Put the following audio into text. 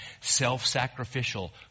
Self-sacrificial